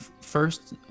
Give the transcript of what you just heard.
first